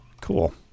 cool